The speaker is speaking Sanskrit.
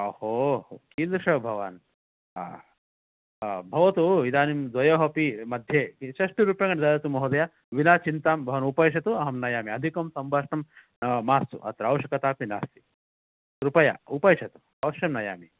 ओहो कीदृश भवान् भवतु इदानीं द्वयोः अपि मध्ये षष्ठि रूप्यकाणि ददातु महोदया विना चिन्तां भवान् उपविशतु अहं नयामि अधिकं सम्भाषणं मास्तु अत्र आवश्यकता अपि नास्ति कृपया उपविशतु अवश्यं नयामि